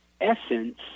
essence